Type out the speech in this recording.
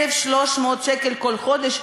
1,300 שקל כל חודש,